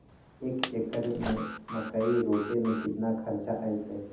एक एकर में मकई रोपे में कितना खर्च अतै?